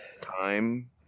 time